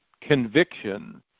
conviction